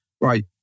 right